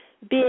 Big